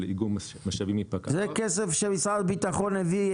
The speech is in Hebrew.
איגום משאבים --- זה כסף שמשרד הביטחון הביא.